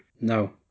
No